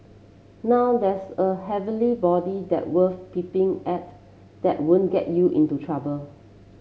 now that's a heavenly body that worth peeping at that won't get you into trouble